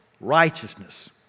righteousness